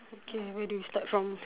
okay where do we start from